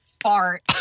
fart